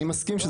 אני מסכים.